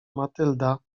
matylda